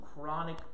chronic